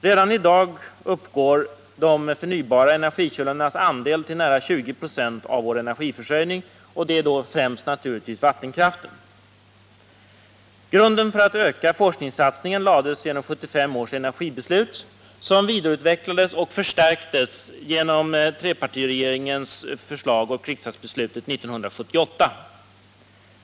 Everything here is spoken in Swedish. Redan i dag uppgår de förnybara energikällornas andel till över 20 96 av vår energiförsörjning, och det är då naturligtvis främst fråga om vattenkraften. Grunden för att öka forskningssatsningen lades genom 1975 års energibeslut, som vidareutvecklades och förstärktes genom trepartiregeringens förslag och riksdagsbeslutet 1978.